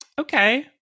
okay